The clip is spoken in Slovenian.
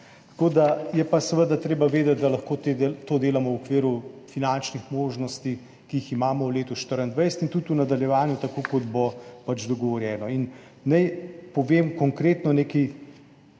plača. Je pa seveda treba vedeti, da lahko to delamo v okviru finančnih možnosti, ki jih imamo v letu 2024, in tudi v nadaljevanju tako, kot bo pač dogovorjeno. Naj povem konkretno nekaj